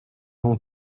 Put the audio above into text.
vont